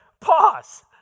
pause